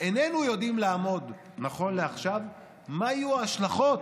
איננו יודעים לאמוד נכון לעכשיו מה יהיו ההשלכות